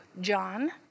John